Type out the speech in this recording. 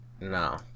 No